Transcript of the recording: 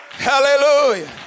Hallelujah